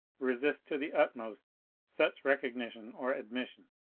resist to the utmost such recognition or admission.